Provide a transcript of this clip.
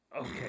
Okay